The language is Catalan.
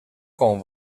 quan